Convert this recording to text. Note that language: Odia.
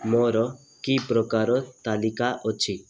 ମୋର କି ପ୍ରକାର ତାଲିକା ଅଛି